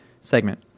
segment